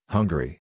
Hungary